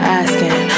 asking